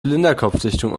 zylinderkopfdichtung